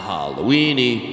Halloweeny